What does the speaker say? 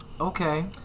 Okay